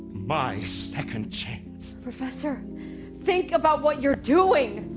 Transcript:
my second chance. professor think about what you're doing